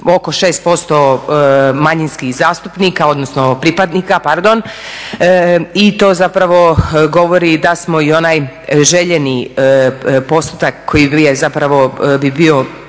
oko 6% manjinskih zastupnika odnosno pripadnika pardon i to zapravo govori da smo i onaj željeni postotak koji zapravo bi